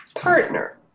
partner